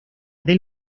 del